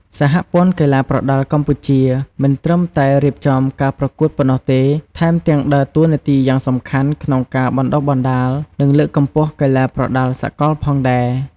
សហព័ន្ធកីឡាប្រដាល់កម្ពុជា មិនត្រឹមតែរៀបចំការប្រកួតប៉ុណ្ណោះទេ ថែមទាំងដើរតួនាទីយ៉ាងសំខាន់ក្នុងការបណ្តុះបណ្តាល និងលើកកម្ពស់កីឡាប្រដាល់សកលផងដែរ។